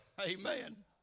Amen